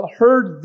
heard